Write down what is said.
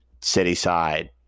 Cityside